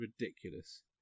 ridiculous